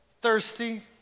thirsty